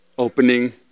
opening